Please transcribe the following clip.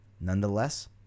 nonetheless